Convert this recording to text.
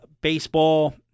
Baseball